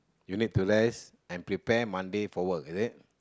you need to rest and prepare Monday for work is it